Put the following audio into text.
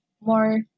more